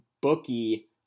bookie